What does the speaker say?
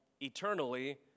eternally